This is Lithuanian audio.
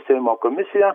seimo komisija